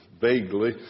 vaguely